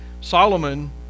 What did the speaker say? Solomon